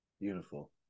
Beautiful